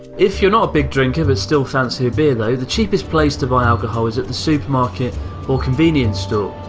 if you're not a big drinker, but still fancy a beer though the cheapest place to buy alcohol is at the supermarket or convenience store.